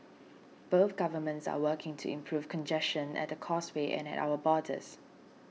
both governments are working to improve congestion at the Causeway and at our borders